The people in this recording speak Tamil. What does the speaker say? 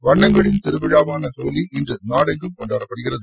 வண்ணங்களின் திருவிழாவான ஹோலி இன்று நாடெங்கும் கொண்டாடப்படுகிறது